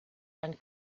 and